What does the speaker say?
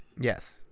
Yes